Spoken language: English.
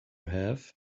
have